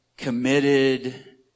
committed